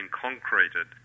concreted